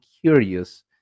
curious